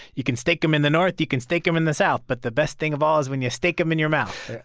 you can steak-umm in the north you can steak-umm in the south. but the best thing of all is when you steak-umm in your mouth.